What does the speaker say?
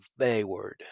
bayward